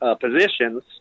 positions